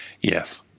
yes